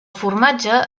formatge